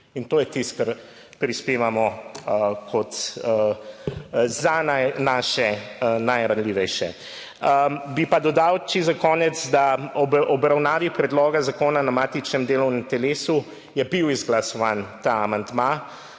in to je tisto kar prispevamo kot za naše najranljivejše. Bi pa dodal čisto za konec, da ob obravnavi predloga zakona na matičnem delovnem telesu je bil izglasovan ta amandma.